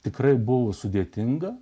tikrai buvo sudėtinga